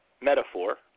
metaphor